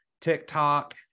TikTok